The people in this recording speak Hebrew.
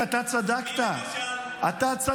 -- אבל בן גביר, אתה צדקת, אתה צדקת.